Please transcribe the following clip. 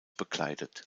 bekleidet